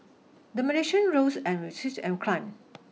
the Malaysian ringgit rose and climbed